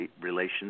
relations